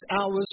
hours